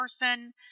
person